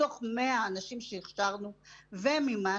מתוך 100 אנשים שהכשרנו ומימנו,